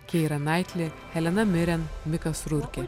keiranaitlė elena miren mikas rūrkė